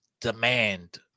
demand